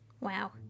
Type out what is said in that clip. wow